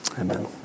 Amen